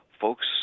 folks